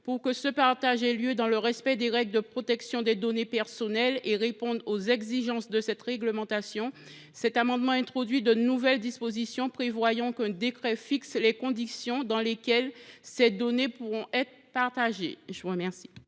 Pour que ce partage ait lieu dans le respect des règles de protection des données personnelles et réponde aux exigences de cette réglementation, cet amendement introduit de nouvelles dispositions prévoyant qu’un décret fixe les conditions dans lesquelles ces données pourront être partagées. Quel